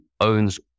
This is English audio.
owns